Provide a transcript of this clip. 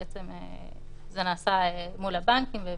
זה נעשה מול הבנקים עם